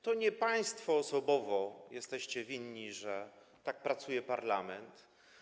To nie państwo osobowo jesteście winni, że tak pracuje parlament.